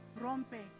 rompe